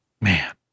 Man